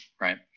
right